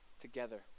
together